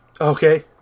Okay